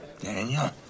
Daniel